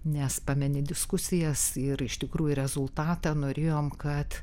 nes pameni diskusijas ir iš tikrųjų rezultatą norėjom kad